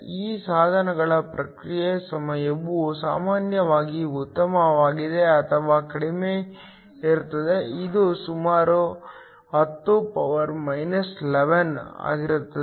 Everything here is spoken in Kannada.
ಈ ಸಾಧನಗಳ ಪ್ರತಿಕ್ರಿಯೆ ಸಮಯವು ಸಾಮಾನ್ಯವಾಗಿ ಉತ್ತಮವಾಗಿದೆ ಅಥವಾ ಕಡಿಮೆ ಇರುತ್ತದೆ ಇದು ಸುಮಾರು 10 11 ಆಗಿರುತ್ತದೆ